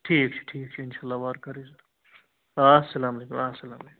ٹھیٖک چھِ ٹھیٖک چھِ اِنشاء اللہ وارٕ کارٕ آ السلام علیکُم السلام علیکُم